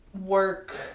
work